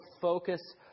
focus